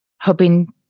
hoping